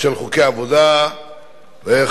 של חוקי העבודה וכדומה.